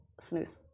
snooze